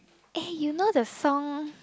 eh you know the song